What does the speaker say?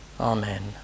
Amen